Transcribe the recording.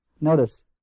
Notice